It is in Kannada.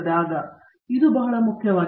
ನನಗೆ ಇದು ಅತ್ಯಂತ ಮುಖ್ಯವಾಗಿದೆ